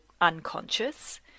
unconscious